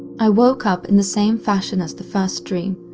i woke up in the same fashion as the first dream,